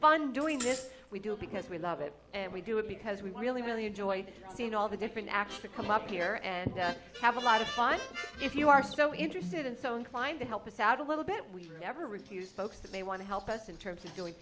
fun doing this we do it because we love it and we do it because we really really enjoy seeing all the different actually come up here and have a lot of fun if you are so interested and so inclined to help us out a little bit we never refused folks that may want to help us in terms of doing